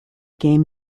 game